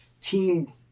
team